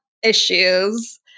issues